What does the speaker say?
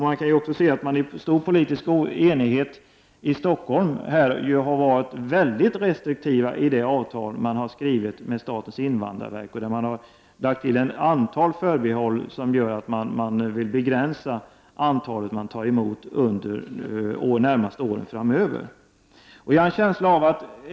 Man kan också se att politikerna här i Stockholm i stor politisk enighet har varit väldigt restriktiva i de avtal som skrivits med statens invandrarverk, i vilka man har lagt in ett antal förbehåll som syftar till att begränsa antalet flyktingar som tas emot under de närmaste åren framöver.